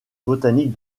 botanique